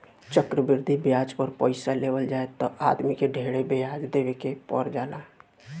चक्रवृद्धि ब्याज पर पइसा लेवल जाए त आदमी के ढेरे ब्याज देवे के पर जाला